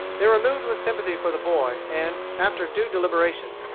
they were moved with sympathy for the boy, and, after due deliberation,